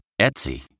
Etsy